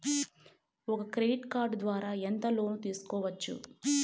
ఒక credit card ద్వారా ఎంత లోను తీసుకోవచ్చు?